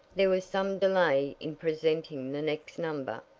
there was some delay in presenting the next number,